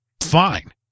fine